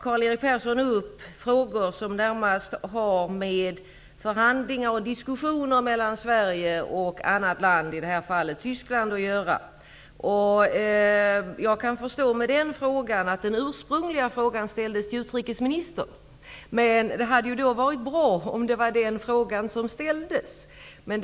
Karl-Erik Persson tar upp frågor som närmast har med förhandlingar och diskussioner mellan Sverige och annat land -- i detta fall Tyskland -- att göra. Jag kan därför förstå att den ursprungliga frågan ställdes till utrikesministern. Det hade varit bra om det var den frågan som också ställdes skriftligen.